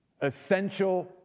essential